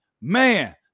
man